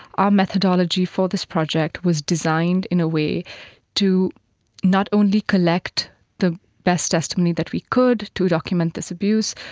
our methodology for this project was designed in a way to not only collect the best testimony that we could to document this abuse,